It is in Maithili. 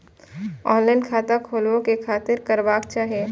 ऑनलाईन खाता खोलाबे के खातिर कि करबाक चाही?